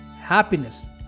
happiness